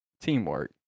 teamwork